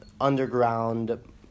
underground